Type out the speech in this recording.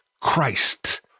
Christ